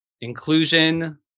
Inclusion